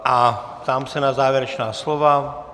Ptám se na závěrečná slova.